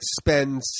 spend